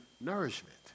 nourishment